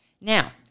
Now